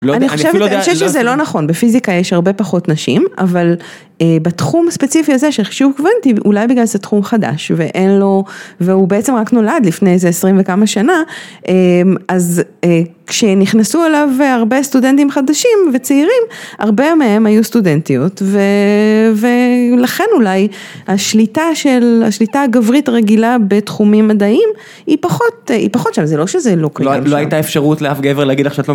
אני חושבת שזה לא נכון, בפיזיקה יש הרבה פחות נשים, אבל בתחום הספציפי הזה, של חישוב קוואנטי, אולי בגלל שזה תחום חדש, ואין לו והוא בעצם רק נולד לפני איזה עשרים וכמה שנה, אז כשנכנסו אליו הרבה סטודנטים חדשים וצעירים, הרבה מהם היו סטודנטיות, ולכן אולי השליטה הגברית הרגילה בתחומים מדעיים, היא פחות שם, זה לא שזה לא קיים. לא הייתה אפשרות לאף גבר להגיד לך שאת לא מבינה.